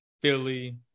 Philly